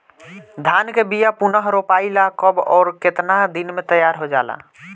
धान के बिया पुनः रोपाई ला कब और केतना दिन में तैयार होजाला?